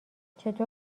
چطور